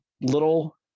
little